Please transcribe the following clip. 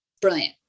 brilliant